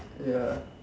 ya